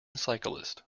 cyclist